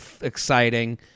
exciting